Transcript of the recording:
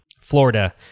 Florida